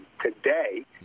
today